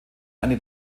eine